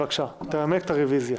חמד, בבקשה, נמק את הרוויזיה.